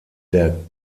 der